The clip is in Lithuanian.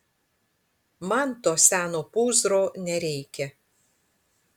man to seno pūzro nereikia